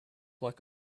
like